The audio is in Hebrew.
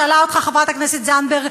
שאלה אותך חברת הכנסת זנדברג,